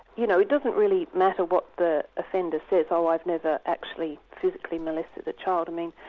you know it doesn't really matter what the offender says, oh, i've never actually physically molested a child', i mean